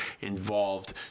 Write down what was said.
involved